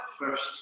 first